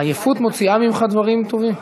העייפות מוציאה ממך דברים טובים.